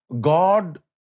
God